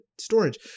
storage